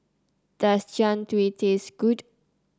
does Jian Dui taste good